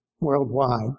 worldwide